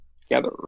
together